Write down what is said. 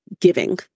giving